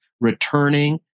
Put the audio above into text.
returning